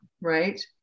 right